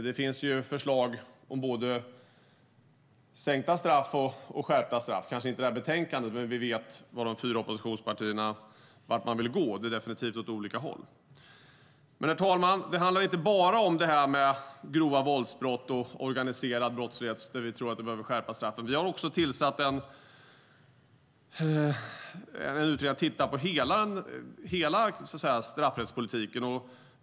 Det finns förslag om både sänkta straff och skärpta straff - kanske inte i det här betänkandet, men vi vet vart de fyra oppositionspartierna vill gå, och det är definitivt åt olika håll. Men, herr talman, det handlar inte bara om grova våldsbrott och organiserad brottslighet, där vi tror att straffen behöver skärpas. Vi har också tillsatt en utredning för att titta på hela straffrättspolitiken.